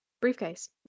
briefcase